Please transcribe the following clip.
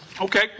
okay